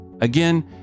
Again